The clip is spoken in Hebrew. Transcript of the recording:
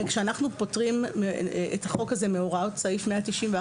כשאנחנו פוטרים את החוק הזה מהוראות סעיף 191,